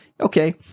okay